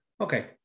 okay